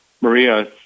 Maria